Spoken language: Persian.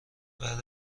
بعد